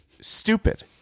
stupid